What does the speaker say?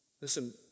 Listen